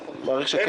יש פטור מחובת הנחה.